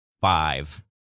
five